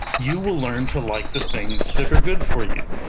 you will learn to like the things that are good for you,